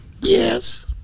yes